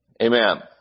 Amen